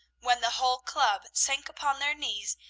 when the whole club sank upon their knees,